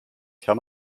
kann